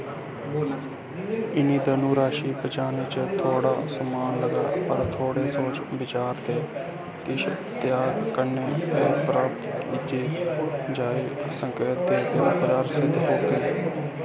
इन्नी धन राशी बचाने च थोह्ड़ा समां लग्गग पर थोह्ड़े सोच बिचार ते किश त्याग कन्नै एह् प्राप्त कीता जाई सकदा ऐ ते उपयोगी सिद्ध होग